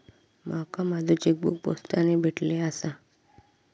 माका माझो चेकबुक पोस्टाने भेटले आसा